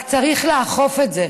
רק צריך לאכוף את זה: